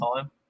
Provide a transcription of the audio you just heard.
time